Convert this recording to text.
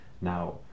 Now